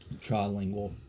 Trilingual